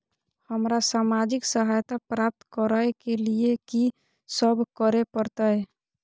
हमरा सामाजिक सहायता प्राप्त करय के लिए की सब करे परतै?